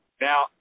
Now